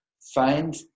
find